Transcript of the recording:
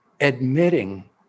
admitting